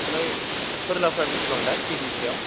ओमफाय फोरलाफोरा बेसेबां दा केजिसेयाव